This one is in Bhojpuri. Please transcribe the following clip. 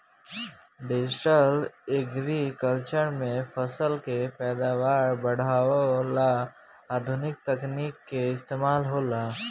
डिजटल एग्रीकल्चर में फसल के पैदावार बढ़ावे ला आधुनिक तकनीक के इस्तमाल होला